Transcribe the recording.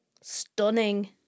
Stunning